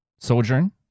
Sojourn